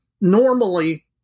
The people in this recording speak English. normally